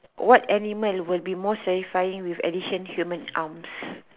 what animal will be more terrifying with additional human arms